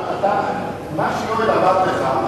מה שיואל אמר לך,